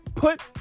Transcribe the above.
Put